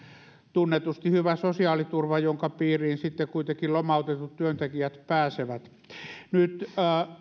tunnetusti hyvä sosiaaliturva jonka piiriin sitten kuitenkin lomautetut työntekijät pääsevät